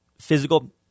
physical